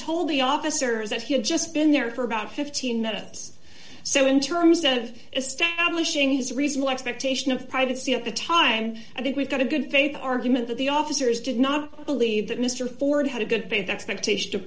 told the officers that he had just been there for about fifteen minutes so in terms of establishing his reasonable expectation of privacy at the time i think we've got a good faith argument that the officers did not believe that mr ford had a good day the expectation of